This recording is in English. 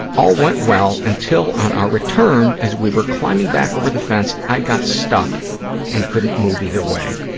all went well until, on our return, as we were climbing back over the fence, i got stuck and couldn't move either way.